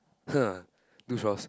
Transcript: !huh! do chores